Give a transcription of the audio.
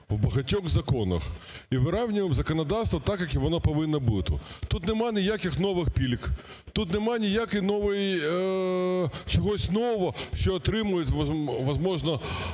в багатьох законах, і вирівнюємо законодавство так, як воно і повинно бути. Тут нема ніяких нових пільг. Тут нема чогось нового, що отримують, можливо,